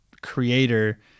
creator